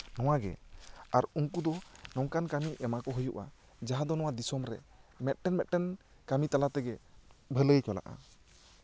ᱟᱨ ᱩᱱᱠᱩ ᱫᱚ ᱱᱚᱝᱠᱟᱱ ᱠᱟᱹᱢᱤ ᱮᱢᱟ ᱠᱚ ᱦᱩᱭᱩᱜᱼᱟ ᱡᱟᱦᱟᱸ ᱫᱚ ᱱᱚᱣᱟ ᱫᱤᱥᱚᱢᱨᱮ ᱢᱮᱫᱴᱟᱝ ᱢᱮᱫᱴᱟᱝ ᱠᱟᱹᱢᱤ ᱛᱟᱞᱟ ᱛᱮᱜᱮ ᱵᱷᱟᱹᱞᱟᱹᱭ ᱪᱟᱞᱟᱜᱼᱟ